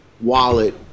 wallet